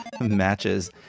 matches